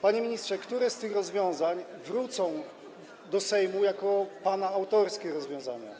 Panie ministrze, które z tych rozwiązań wrócą do Sejmu jako pana autorskie rozwiązania?